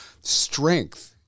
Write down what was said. strength